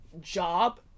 job